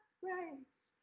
grace